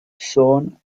son